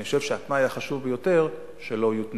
אני חושב שהתנאי החשוב ביותר הוא שלא יהיו תנאים.